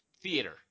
Theater